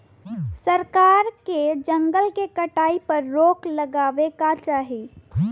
सरकार के जंगल के कटाई पर रोक लगावे क चाही